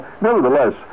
nevertheless